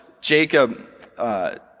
Jacob